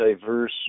diverse